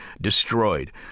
destroyed